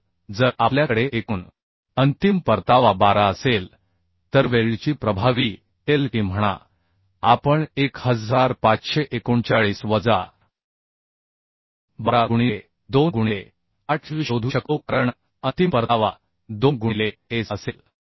तर जर आपल्याकडे एकूण अंतिम परतावा 12 असेल तर वेल्डची प्रभावी लांबी L e म्हणा आपण 1539 वजा 12 गुणिले 2 गुणिले 8 शोधू शकतो कारण अंतिम परतावा 2 गुणिले s असेल